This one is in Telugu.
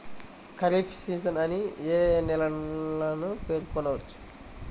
ఖరీఫ్ సీజన్ అని ఏ ఏ నెలలను పేర్కొనవచ్చు?